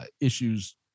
issues